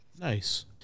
nice